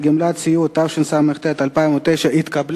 סיעוד), התשס"ט